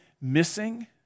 missing